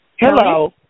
Hello